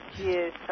Yes